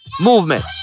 Movement